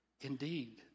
Indeed